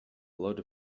lot